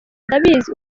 ndabizi